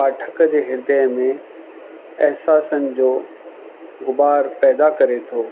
पाठक जे ह्रदय में अहसासनु जो घुबार पैदा करे थो